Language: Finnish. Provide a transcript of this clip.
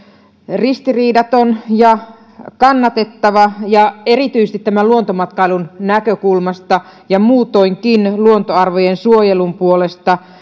ristiriidaton ja kannatettava erityisesti luontomatkailun näkökulmasta ja muutoinkin luontoarvojen suojelun puolesta